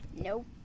Nope